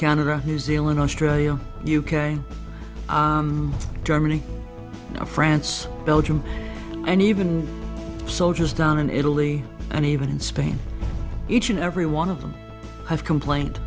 canada new zealand australia u k germany france belgium and even soldiers down in italy and even in spain each and every one of them have complain